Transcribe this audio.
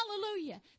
Hallelujah